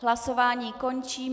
Hlasování končím.